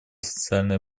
социальные